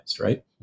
right